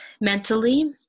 mentally